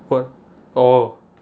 what oh